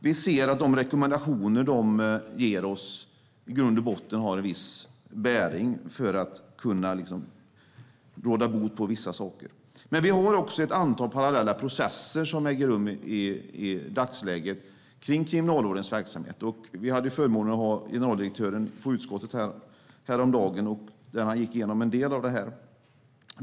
Vi ser att de rekommendationer den ger oss i grund och botten har en viss bäring för att kunna råda bot på vissa saker. Vi har ett antal parallella processer som äger rum i dagsläget om Kriminalvårdens verksamhet. Vi hade förmånen att ha generaldirektören hos utskottet häromdagen där han gick igenom en del av detta.